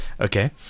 Okay